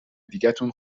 دیگتون